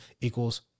equals